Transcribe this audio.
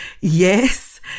yes